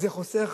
זה חוסך,